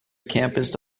campus